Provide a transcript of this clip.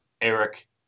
Eric